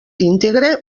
íntegre